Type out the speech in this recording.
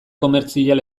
komertzial